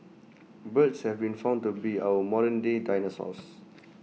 birds have been found to be our modern day dinosaurs